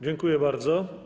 Dziękuję bardzo.